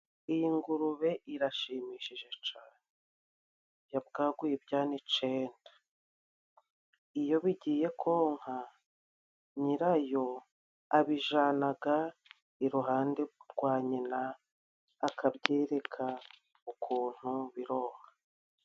Iyi ngurube irashimishije cyane. Yabwaguye ibyana icyenda. Iyo bigiye konka nyira byo abijyana iruhande rwa nyina, akabyereka ukuntu bironka.